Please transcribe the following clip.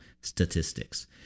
Statistics